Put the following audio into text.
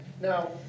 Now